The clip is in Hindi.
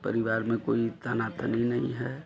परिवार में कोई तनातनी नई है